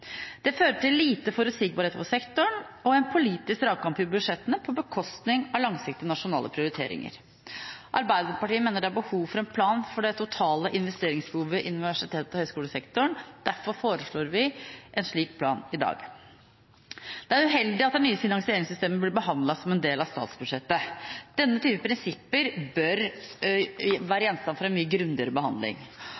Det fører til lite forutsigbarhet for sektoren og en politisk dragkamp i budsjettene på bekostning av langsiktige nasjonale prioriteringer. Arbeiderpartiet mener det er behov for en plan for det totale investeringsbehovet i universitets- og høyskolesektoren. Derfor foreslår vi en slik plan i dag. Det er uheldig at det nye finansieringssystemet blir behandlet som en del av statsbudsjettet. Denne typen prinsipper bør være gjenstand for en mye grundigere behandling.